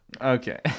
Okay